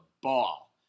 ball